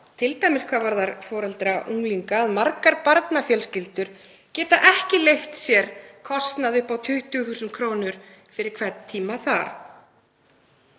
mál, t.d. hvað varðar foreldra unglinga, að margar barnafjölskyldur geta ekki leyft sér kostnað upp á 20.000 kr. fyrir hvern tíma þar.